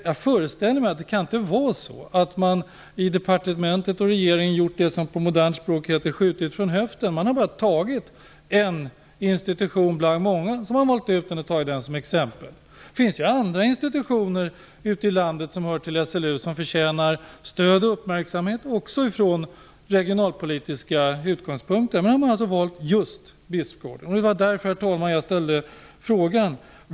Jag föreställer mig att det inte kan vara så att man i departementet och regeringen gjort det som på modernt språk heter "skjutit från höften", dvs. valt ut en institution bland många och tagit den som exempel. Det finns andra institutioner i landet som hör till SLU som förtjänar stöd och uppmärksamhet också från regionalpolitiska utgångspunkter. Men man har alltså valt just Bispgården. Det var därför jag ställde frågan.